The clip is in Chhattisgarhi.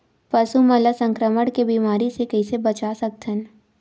पशु मन ला संक्रमण के बीमारी से कइसे बचा सकथन?